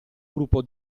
gruppo